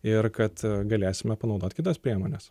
ir kad galėsime panaudoti kitas priemones